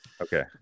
Okay